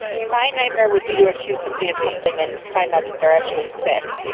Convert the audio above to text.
my nightmare would be to accuse somebody of something and find out that they are actually sick.